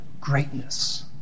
greatness